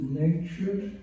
nature